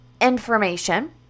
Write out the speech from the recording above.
information